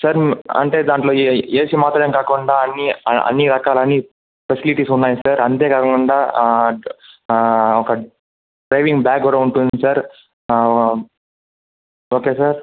sir అంటే దాంట్లో ఏ ఏసీ మాత్రమే కాకుండా అన్నీ అన్నిరకాలు అన్నీ ఫెసిలిటీస్ ఉన్నాయి సార్ అంతేకాకుండా డ్ ఒక డ్ డ్రైవింగ్ బ్యాగ్ కూడా ఉంటుంది సార్ ఓకే సార్